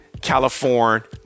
California